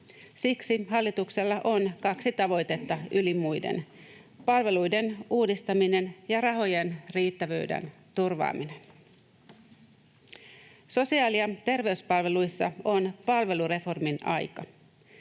Siksi hallituksella on kaksi tavoitetta yli muiden: palveluiden uudistaminen ja rahojen riittävyyden turvaaminen. Sosiaali- ja terveyspalveluissa on palvelureformin aika.